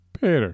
Peter